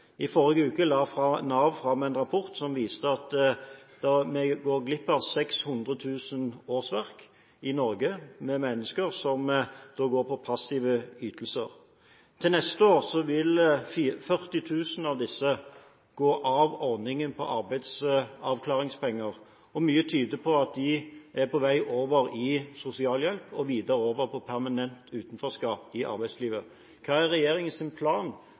I forrige uke la Nav fram en rapport som viste at vi går glipp av 600 000 årsverk i Norge – mennesker som går på passive ytelser. Neste år vil 40 000 av disse gå ut av ordningen for arbeidsavklaringspenger, og mye tyder på at de er på vei over til sosialhjelp og videre over til permanent utenforskap i arbeidslivet. Hva er regjeringens plan